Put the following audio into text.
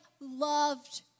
loved